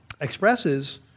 expresses